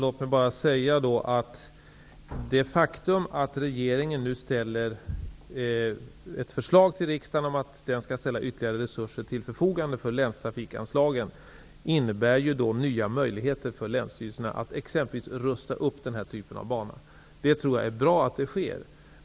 Fru talman! Det faktum att regeringen nu lägger fram ett förslag till riksdagen som betyder ytterligare resurser till förfogande när det gäller länstrafikanslagen innebär nya möjligheter för länsstyrelserna att exempelvis rusta upp den här typen av bana. Jag tror att det är bra att så sker.